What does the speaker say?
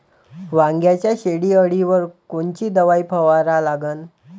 वांग्याच्या शेंडी अळीवर कोनची दवाई फवारा लागन?